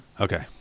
Okay